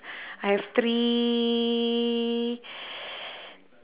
I have three